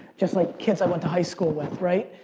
just like kids i went to high school with, right?